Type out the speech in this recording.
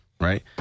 Right